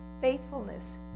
faithfulness